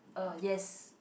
uh yes